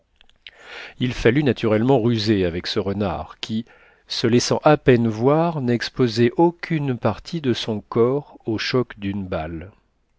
il fallut naturellement ruser avec ce renard qui se laissant à peine voir n'exposait aucune partie de son corps au choc d'une balle